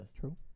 true